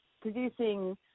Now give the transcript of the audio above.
producing